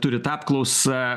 turit apklausą